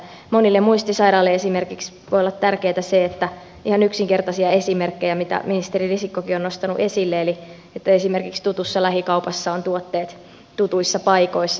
monille muistisairaille voi olla tärkeätä se ihan yksinkertaisia esimerkkejä mitä ministeri risikkokin on nostanut esille että esimerkiksi tutussa lähikaupassa on tuotteet tutuissa paikoissa